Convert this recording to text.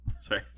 Sorry